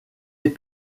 les